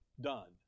done